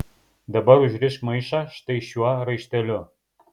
dabar užrišk maišą štai šiuo raišteliu